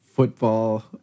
football